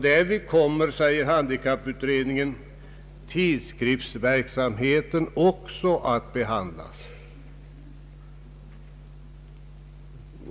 Därvid kommer, säger handikapputredningen, tidskriftsverksamheten också att behandlas.